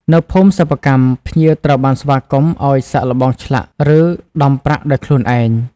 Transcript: នៅភូមិសិប្បកម្ម ភ្ញៀវត្រូវបានស្វាគមន៍ឱ្យ សាកល្បង ឆ្លាក់ ឬដំប្រាក់ដោយខ្លួនឯង។